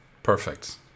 perfect